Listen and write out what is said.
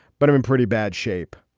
but i'm in pretty bad shape.